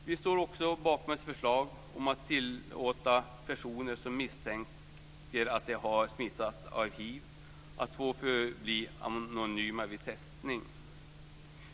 Vi står också bakom ett förslag om att tillåta personer som misstänker att de har smittats av hiv att förbli anonyma vid testning.